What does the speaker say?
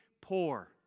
poor